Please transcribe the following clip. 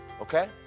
Okay